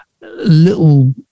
little